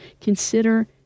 consider